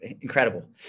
incredible